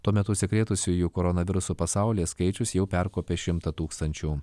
tuo metu užsikrėtusiųjų koronavirusu pasaulyje skaičius jau perkopė šimtą tūkstančių